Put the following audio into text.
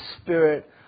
Spirit